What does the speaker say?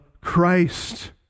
Christ